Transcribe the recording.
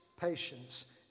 patience